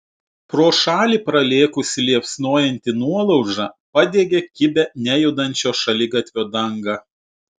pro šalį pralėkusi liepsnojanti nuolauža padegė kibią nejudančio šaligatvio dangą